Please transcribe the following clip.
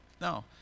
no